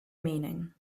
meaning